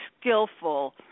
skillful